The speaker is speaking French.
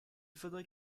faudrait